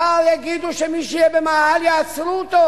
מחר יגידו שמי שיהיה במאהל יעצרו אותו,